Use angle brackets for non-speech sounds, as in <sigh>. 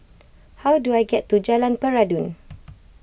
<noise> how do I get to Jalan Peradun <noise>